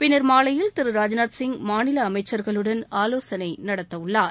பின்னர் மாலையில் திரு ராஜ்நாத் சிங் மாநில அமைச்சர்களுடன் ஆலோசனை நடத்த உள்ளார்